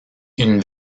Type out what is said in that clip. une